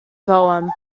poem